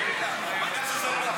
אין דברים כאלה.